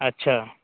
अच्छा